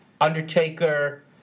Undertaker